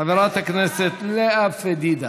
חברת הכנסת לאה פדידה.